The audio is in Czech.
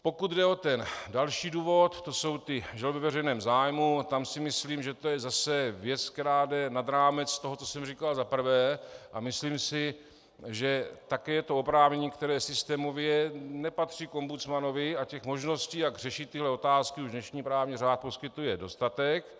Pokud jde o další důvod, to jsou žaloby ve veřejném zájmu, tam si myslím, že to je zase věc, která jde nad rámec toho, co jsem říkal za prvé, a myslím si, že také je to oprávnění, které systémově nepatří k ombudsmanovi, a možností, jak řešit tyhle otázky, už dnešní právní řád poskytuje dostatek.